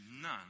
none